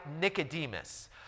Nicodemus